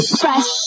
fresh